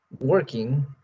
working